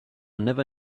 never